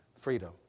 freedom